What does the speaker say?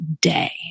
day